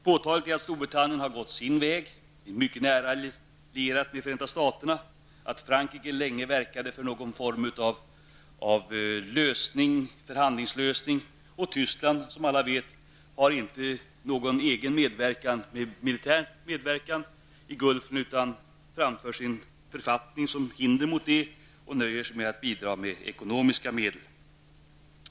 Påtagligt är att Storbritannien har gått sin väg, mycket nära allierat med Förenta Staterna, att Frankrike länge verkade för någon form av förhandlingslösning och att Tyskland -- som alla vet -- inte har någon egen militär medverkan i Gulfen utan framför sin författning som ett hinder och nöjer sig med att bidra med ekonomiska medel.